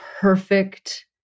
perfect